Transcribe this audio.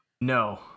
No